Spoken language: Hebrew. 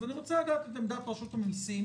אז אני רוצה לדעת את עמדת רשות המסים,